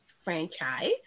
franchise